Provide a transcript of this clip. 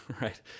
right